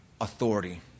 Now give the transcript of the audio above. authority